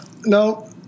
No